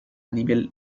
nivel